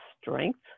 strength